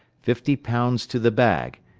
fifty pounds to the bag,